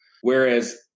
whereas